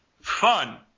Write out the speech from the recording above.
Fun